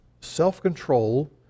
self-control